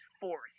fourth